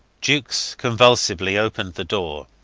jukes convulsively opened the door.